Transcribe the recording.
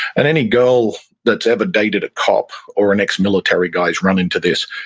and any girl that's ever dated a cop or an ex-military guy has run into this.